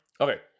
Okay